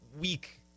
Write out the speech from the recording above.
week